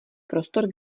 prostor